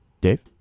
Dave